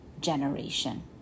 generation